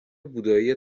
بودایی